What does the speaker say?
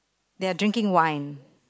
they are drinking wine